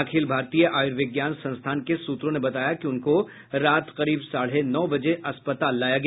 अखिल भारतीय आयुर्विज्ञान संस्थान के सूत्रों ने बताया कि उनको रात करीब साढ़े नौ बजे अस्पताल लाया गया